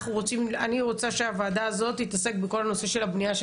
אני רוצה שהוועדה הזאת תתעסק בכל הנושא של הבניה של